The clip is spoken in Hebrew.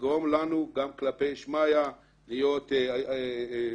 תגרום לנו גם כלפי שמיה להיות הוגנים